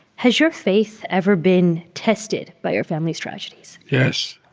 has your faith ever been tested by your family's tragedies? yes.